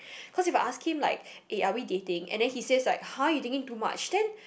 cause if I ask him like eh are we dating and then he says like !huh! you thinking too much then